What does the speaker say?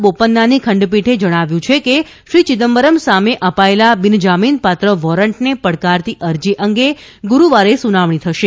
બોપન્નાની ખંડપીઠે જણાવ્યું કે શ્રી ચિદમ્બરમ સામે અપાયેલા બિનજામીનપાત્ર વોરન્ટને પડકારતી અરજી અંગે ગુરૂવારે સુનાવણી થશે